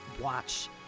watch